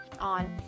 on